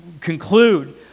conclude